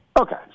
Okay